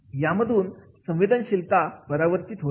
यामधून संवेदनशीलता परावर्तित होते